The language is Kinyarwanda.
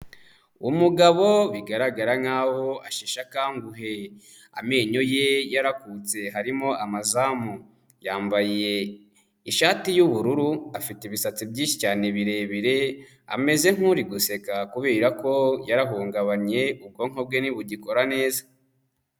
Umugabo bigaragara nkaho asheshe akanguhe, amenyo ye yarakutse harimo amazamu, yambaye ishati y'ubururu afite ibisatsi byinshi cyane birebire, ameze nk'uri guseka kubera ko yarahungabanye, ubwonko bwe ntibugikora neza.